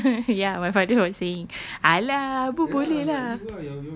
ya my father was saying !alah! abu boleh lah